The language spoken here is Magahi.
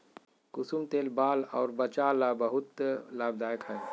कुसुम तेल बाल अउर वचा ला बहुते लाभदायक हई